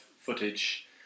footage